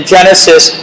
Genesis